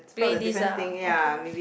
play this ah okay lor